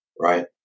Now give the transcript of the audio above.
Right